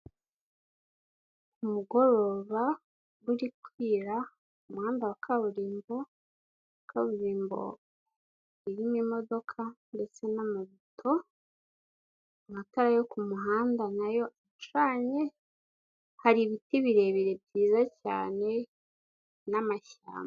Ku mugoroba buri kwira umuhanda wa kaburimbo, kaburimbo irimo imodoka ndetse n'amoto, amatara yo ku muhanda nayo aracanye, hari ibiti birebire byiza cyane n'amashyamba.